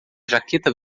jaqueta